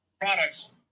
products